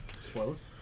spoilers